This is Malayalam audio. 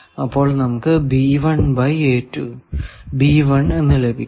അപ്പോൾ നമുക്ക് എന്ന് ലഭിക്കും